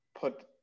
put